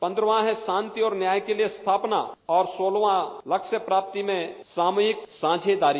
पन्दहवां है शांति और न्याय की स्थापना और सोलहवां लक्ष्य प्राप्ति में सामूहिक साझेदारी